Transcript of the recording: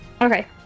Okay